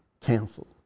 canceled